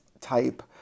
type